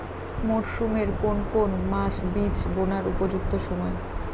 মরসুমের কোন কোন মাস বীজ বোনার উপযুক্ত সময়?